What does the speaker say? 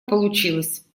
получилось